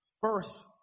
first